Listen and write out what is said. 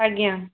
ଆଜ୍ଞା